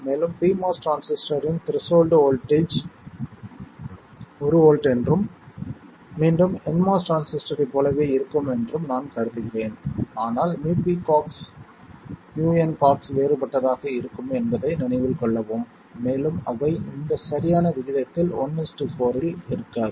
மேலும் pMOS டிரான்சிஸ்டரின் threshold voltage 1 V என்றும் மீண்டும் nMOS டிரான்சிஸ்டரைப் போலவே இருக்கும் என்றும் நான் கருதுகிறேன் ஆனால் µpcox µncox வேறுபட்டதாக இருக்கும் என்பதை நினைவில் கொள்ளவும் மேலும் அவை இந்த சரியான விகிதத்தில் 1 4 இல் இருக்காது